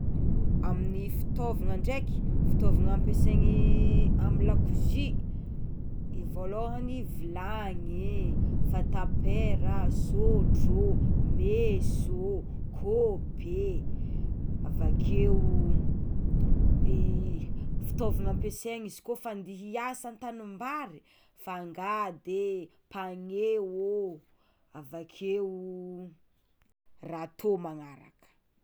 Amin'ny fitaovana ndraika fitaovana ampiasainy amy lakozia voalohany vilany, fatapera, sôtrô, meso, kaopy e, avakeo, i fitaovana ampiasaina izy kôfa efa hiasa an-tanimbary: fangady e, mpane ô, avakeo, ratô magnaraka.